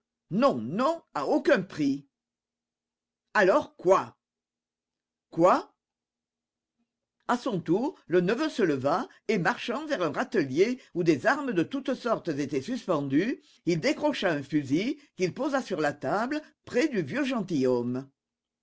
non non à aucun prix alors quoi quoi à son tour le neveu se leva et marchant vers un râtelier où des armes de toutes sortes étaient suspendues il décrocha un fusil qu'il posa sur la table près du vieux gentilhomme